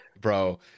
Bro